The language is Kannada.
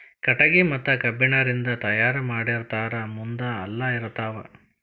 ಕಟಗಿ ಮತ್ತ ಕಬ್ಬಣ ರಿಂದ ತಯಾರ ಮಾಡಿರತಾರ ಮುಂದ ಹಲ್ಲ ಇರತಾವ